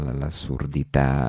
l'assurdità